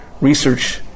research